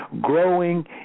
growing